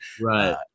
Right